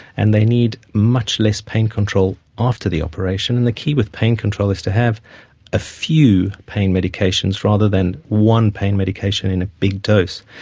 and they need much less pain control after the operation. and the key with pain control is to have a few pain medications rather than one pain medication in a big dose.